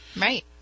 Right